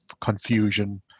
confusion